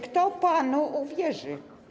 Kto panu uwierzy?